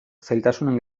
zailtasun